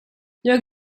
jag